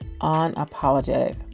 unapologetic